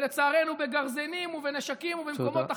ולצערנו בגרזינים ובנשקים ובמקומות אחרים.